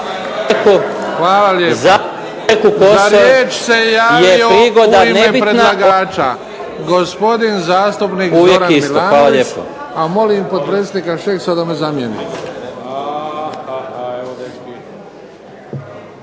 Hvala lijepo. Za riječ se javio u ime predlagača gospodin zastupnik Zoran Milanović, a molim potpredsjednika Šeksa da me zamijeni.